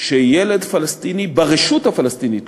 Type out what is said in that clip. שילד פלסטיני ברשות הפלסטינית,